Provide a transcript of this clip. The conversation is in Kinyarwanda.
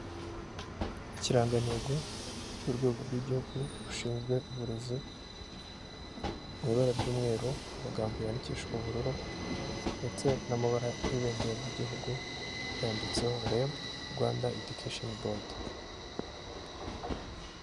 Ikirangantego cy'urwego rw'igihugu rushinzwe uburezi mu ibara ry'umweru amagambo yandikishwa ubururu ndetse n'amabara y'ibendera ry'igihugu byanditseho reb Rwanda edikeshoni bodi.